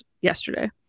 yesterday